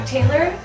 Taylor